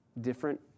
different